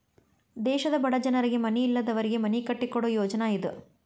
ದೇಶದ ಬಡ ಜನರಿಗೆ ಮನಿ ಇಲ್ಲದವರಿಗೆ ಮನಿ ಕಟ್ಟಿಕೊಡು ಯೋಜ್ನಾ ಇದ